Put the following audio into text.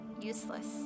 useless